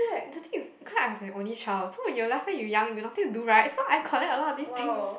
the things is because I'm the only child so you last time you are young you nothing do right so I collect a lots of these things